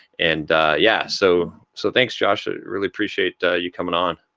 and yeah, so so thanks, josh. really appreciate you coming on.